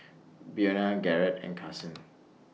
Buena Garett and Carsen